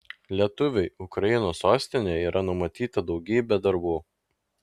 lietuviui ukrainos sostinėje yra numatyta daugybė darbų